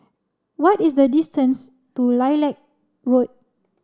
what is the distance to Lilac Road